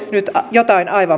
ja